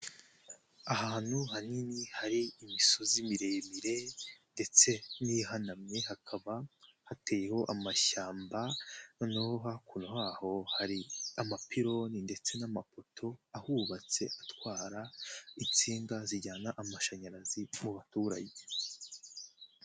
Ahantu hanini hari imisozi miremire, ndetse n'ihanamye hakaba hateyeho amashyamba noneho hakuno haho hari amapiloni ndetse n'amapoto ahubatse atwara insinga zijyana amashanyarazi ku baturage.